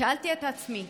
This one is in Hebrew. שאלתי את עצמי: